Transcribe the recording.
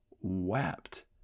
wept